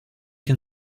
can